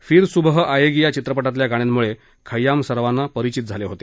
फिर सूबह आयेगी या चित्रपटातल्या गाण्यांमुळे खय्याम सर्वाना परिचित झाले होते